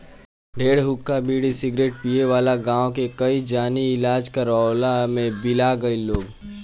ढेर हुक्का, बीड़ी, सिगरेट पिए वाला गांव के कई जानी इलाज करवइला में बिला गईल लोग